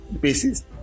basis